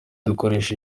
dukoresha